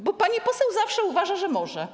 Bo pani poseł zawsze uważa, że może.